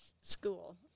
school